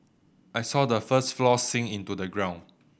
I saw the first floor sink into the ground